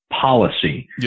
policy